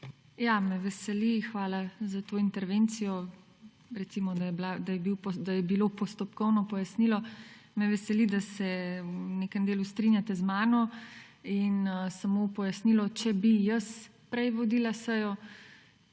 Me veseli, hvala za to intervencijo. Recimo, da je bilo postopkovno pojasnilo. Me veseli, da se v nekem delu strinjate z mano. Samo v pojasnilo, če bi jaz prej vodila sejo,